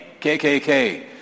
KKK